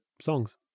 songs